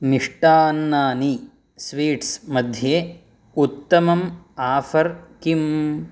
मिष्टान्नानि स्वीट्स्मध्ये उत्तमम् आफ़र् किम्